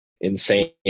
insane